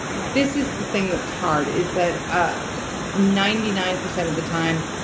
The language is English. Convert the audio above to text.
this is the thing that's hard, is that ah ninety nine percent of the time,